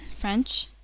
French